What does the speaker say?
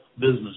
business